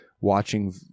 watching